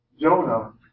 Jonah